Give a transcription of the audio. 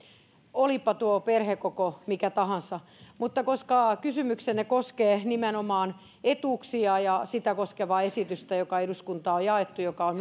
olipa tuo perhekoko mikä tahansa mutta koska kysymyksenne koskee nimenomaan etuuksia ja sitä koskevaa esitystä joka eduskuntaan on jaettu ja joka on